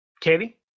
Katie